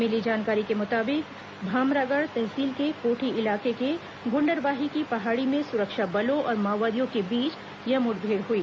मिली जानकारी के मुताबिक भामरागढ़ तहसील के कोठी इलाके के गुण्डरवाही की पहाड़ी में सुरक्षा बलों और माओवादियों के बीच यह मुठभेड़ हुई